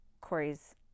Corey's